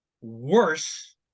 worse